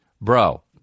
Bro